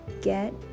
get